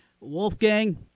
Wolfgang